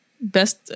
Best